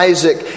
Isaac